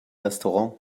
restaurant